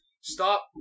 stop